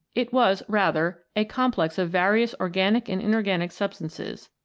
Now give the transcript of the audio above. it was rather a complex of various organic and inorganic substances,